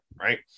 right